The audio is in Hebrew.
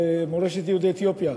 על מורשת יהודי אתיופיה.